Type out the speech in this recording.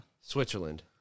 Switzerland